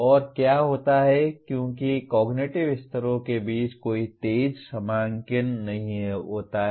और क्या होता है क्योंकि कॉग्निटिव स्तरों के बीच कोई तेज सीमांकन नहीं होता है